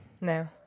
No